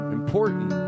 important